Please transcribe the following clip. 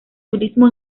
turismo